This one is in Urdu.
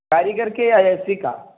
کاریگر کے یا اے سی کا